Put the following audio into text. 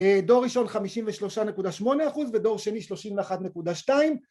דור ראשון 53.8% ודור שני 31.2